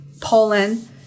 Poland